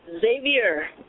Xavier